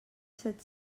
set